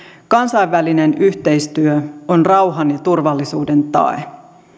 kansainvälinen yhteistyö on rauhan ja turvallisuuden tae